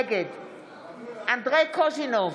נגד אנדרי קוז'ינוב,